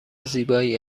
زیبایی